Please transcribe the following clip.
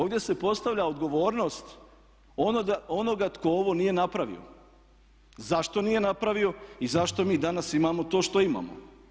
Ovdje se postavlja odgovornost onoga tko ovo nije napravio, zašto nije napravio i zašto mi danas imamo to što imamo.